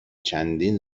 چندین